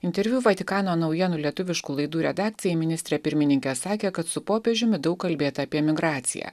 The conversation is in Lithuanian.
interviu vatikano naujienų lietuviškų laidų redakcijai ministrė pirmininkė sakė kad su popiežiumi daug kalbėta apie migraciją